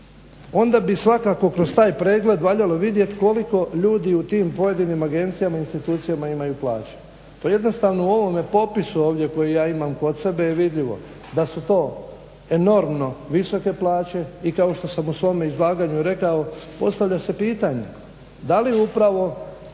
onda bi svakako kroz taj pregled valjalo vidjet koliko ljudi u tim pojedinim agencijama i institucijama imaju plaće. To jednostavno u ovome popisu ovdje koji ja imam kod sebe je vidljivo, da su to enormno visoke plaće i kao što sam u svome izlaganju rekao, postavlja se pitanje da li upravo